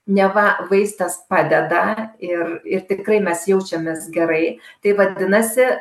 neva vaistas padeda ir ir tikrai mes jaučiamės gerai tai vadinasi